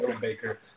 Baker